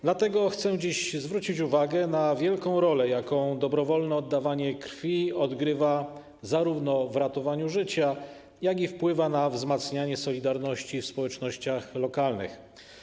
Dlatego chcę dziś zwrócić uwagę na wielką rolę, jaką dobrowolne oddawanie krwi odgrywa w ratowaniu życia, na to, jak wpływa ono na wzmacnianie solidarności w społecznościach lokalnych.